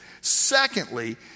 Secondly